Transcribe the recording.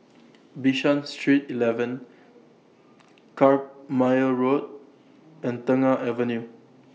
Bishan Street eleven Carpmael Road and Tengah Avenue